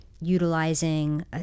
utilizing